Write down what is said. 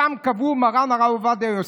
שם קבור מרן הרב עובדיה יוסף,